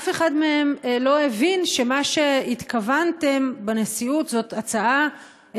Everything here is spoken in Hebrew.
אף אחד מהם לא הבין שמה שהתכוונתם בנשיאות זאת הצעה,